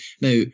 Now